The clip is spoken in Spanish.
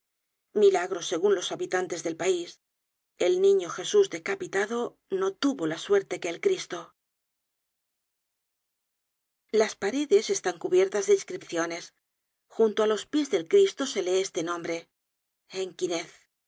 milagro segun los habitantes del pais el niño jesus decapitado no tuvo la suerte que el cristo content from google book search generated at las paredes están cubiertas de inscripciones junto á los pies del cristo se lee este nombre henquinez luego